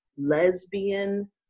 lesbian